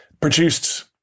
produced